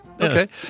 Okay